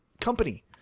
company